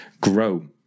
grow